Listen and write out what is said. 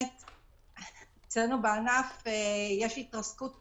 אצלנו בענף יש התרסקות טוטלית.